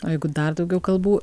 o jeigu dar daugiau kalbų